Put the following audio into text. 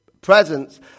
presence